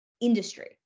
industry